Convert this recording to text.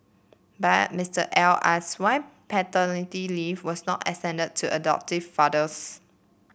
but Mister L asked why paternity leave was not extended to adoptive fathers